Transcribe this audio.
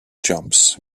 jumps